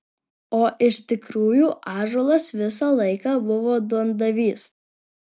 o iš tikrųjų ąžuolas visą laiką buvo duondavys